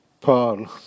Paul